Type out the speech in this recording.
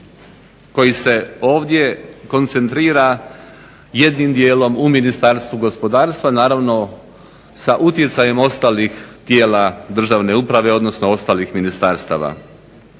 koji se ovdje koncentrira jednim dijelom u Ministarstvu gospodarstva naravno sa utjecajem ostalih tijela državne uprave odnosno ostalih ministarstava.